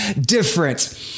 different